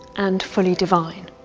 and fully divine?